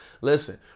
Listen